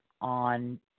on